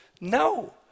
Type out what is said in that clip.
No